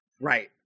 Right